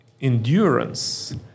endurance